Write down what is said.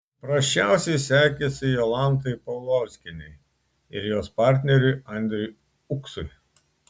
prasčiausiai sekėsi jolantai paulauskienei ir jos partneriui andriui uksui